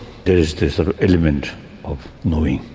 there is the is the element of knowing.